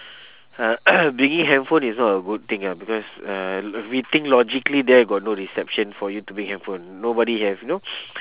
uh bringing handphone is not a good thing ah because uh if we think logically there got no reception for you to bring handphone nobody have you know